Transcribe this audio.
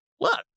Look